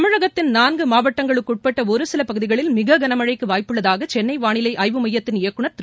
தமிழகத்தின் நான்கு மாவட்டங்களுக்குட்பட்ட ஒருசில பகுதிகளில் மிக கனமழழக்கு வாய்ப்புள்ளதாக சென்ளை வானிலை ஆய்வு மையத்தின் இயக்குநர் திரு